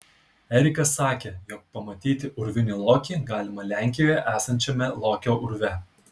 erikas sakė jog pamatyti urvinį lokį galima lenkijoje esančiame lokio urve